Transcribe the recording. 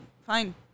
fine